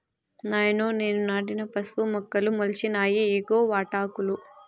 నాయనో నేను నాటిన పసుపు మొక్కలు మొలిచినాయి ఇయ్యిగో వాటాకులు